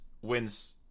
wins